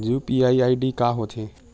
UPI ID का होथे?